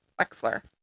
Wexler